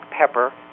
pepper